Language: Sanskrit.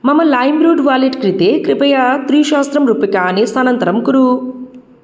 मम लैम्रोड् वालेट् कृते कृपया त्रिसहस्रं रूप्यकाणि स्थानान्तरं कुरु